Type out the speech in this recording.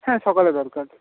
হ্যাঁ সকালে দরকার